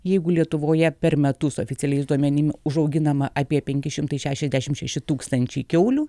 jeigu lietuvoje per metus oficialiais duomenim užauginama apie penki šimtai šešiasdešimt šeši tūkstančiai kiaulių